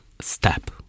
step